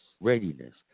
Readiness